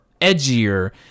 edgier